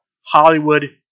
Hollywood